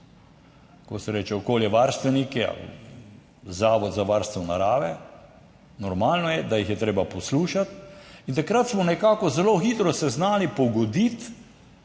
kako se reče, okoljevarstveniki, zavod za varstvo narave, normalno je, da jih je treba poslušati in takrat smo nekako zelo hitro se znali pogoditi